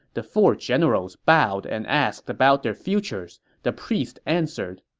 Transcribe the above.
the four generals bowed and asked about their futures. the priest answered,